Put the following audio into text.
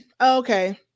Okay